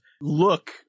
look